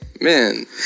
man